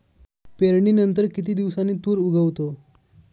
पेरणीनंतर किती दिवसांनी तूर उगवतो?